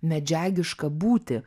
medžiagišką būtį